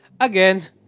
Again